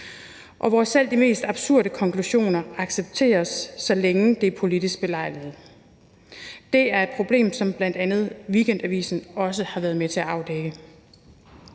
og hvor selv de mest absurde konklusioner accepteres, så længe det er politisk belejligt. Det er et problem, som bl.a. Weekendavisen også har været med til at afdække.